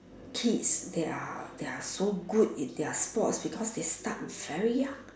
kids they are they are so good in their sports because they start very young